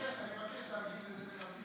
אני מבקש לענות על זה חצי דקה.